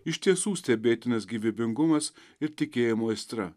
iš tiesų stebėtinas gyvybingumas ir tikėjimo aistra